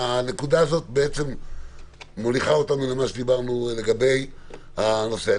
הנקודה הזאת מוליכה אותנו למה שדיברנו לגבי הנושא.